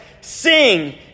Sing